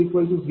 004 p